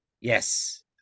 Yes